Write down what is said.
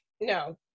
no